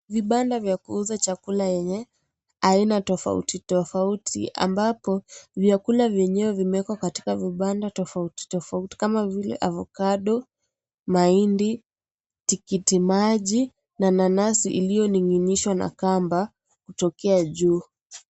Vibanda vya kuuza chakula yenye aina tofauti tofauti ambapo vyakula vyenyewe vimewekwa katika vibanda tofauti tofauti kama vile avokado , mahindi, tikiti maji na nanasi iliyo ning'inishwa na kamba kutokea juu.